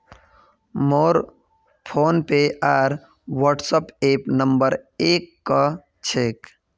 मोर फोनपे आर WhatsApp number एक क छेक